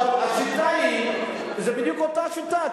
עכשיו, השיטה היא, זו בדיוק אותה השיטה.